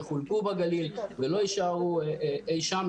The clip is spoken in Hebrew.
יחולקו בגליל ולא יישארו אי שם.